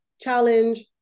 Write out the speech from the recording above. challenge